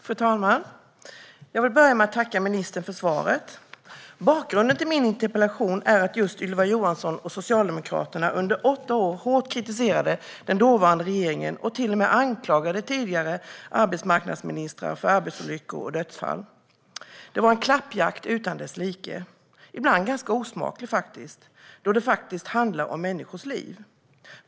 Fru talman! Jag vill börja med att tacka ministern för svaret. Bakgrunden till min interpellation är att just Ylva Johansson och Socialdemokraterna under åtta år hårt kritiserade den dåvarande regeringen och till och med anklagade tidigare arbetsmarknadsministrar för arbetsolyckor och dödsfall. Det var en klappjakt utan dess like - ibland ganska osmaklig, då det faktiskt handlar om människors liv.